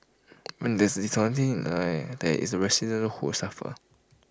when there is dishonesty in the Town IT is the residents who suffer